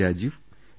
Rajeev A